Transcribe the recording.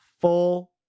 full